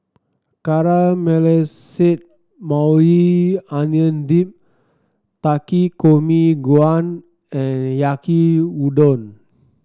Caramelized Maui Onion Dip Takikomi Gohan and Yaki Udon